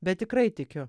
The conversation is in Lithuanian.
bet tikrai tikiu